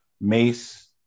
mace